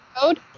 code